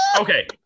Okay